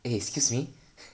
eh excuse me